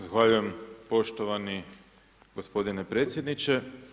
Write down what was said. Zahvaljujem poštovani gospodine predsjedniče.